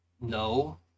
no